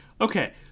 Okay